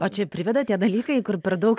o čia priveda tie dalykai kur per daug